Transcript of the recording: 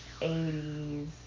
80s